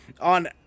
on